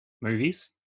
movies